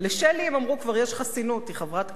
לשלי, הם אמרו, כבר יש חסינות, היא חברת כנסת,